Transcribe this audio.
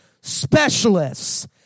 specialists